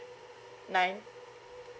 nine